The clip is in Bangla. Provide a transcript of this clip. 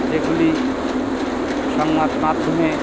যেগুলি সংবাদ মাধ্যমে